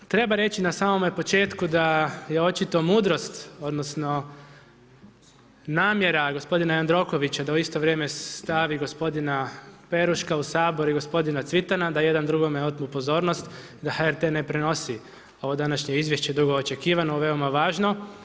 Treba reći na samome početku, da je očito mudrost, odnosno, namjera gospodina Jandrokovića da u isto vrijeme stavi gospodina Peruška u Sabor i gospodina Cvitana da jedan drugome otmu pozornost, da HRT ne prenosi ovo današnje izvješće, dugo očekivano, veoma važno.